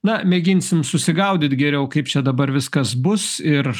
na mėginsim susigaudyt geriau kaip čia dabar viskas bus ir